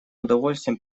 удовольствием